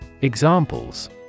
Examples